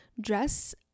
Dress